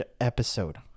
episode